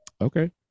Okay